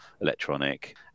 electronic